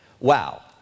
Wow